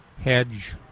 hedge